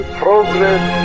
progress